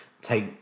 take